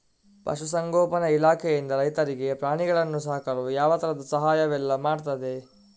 ಪಶುಸಂಗೋಪನೆ ಇಲಾಖೆಯಿಂದ ರೈತರಿಗೆ ಪ್ರಾಣಿಗಳನ್ನು ಸಾಕಲು ಯಾವ ತರದ ಸಹಾಯವೆಲ್ಲ ಮಾಡ್ತದೆ?